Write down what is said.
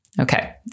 Okay